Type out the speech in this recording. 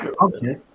okay